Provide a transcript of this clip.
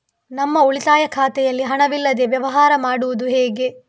ನಮ್ಮ ಉಳಿತಾಯ ಖಾತೆಯಲ್ಲಿ ಹಣವಿಲ್ಲದೇ ವ್ಯವಹಾರ ಮಾಡುವುದು ಹೇಗೆ?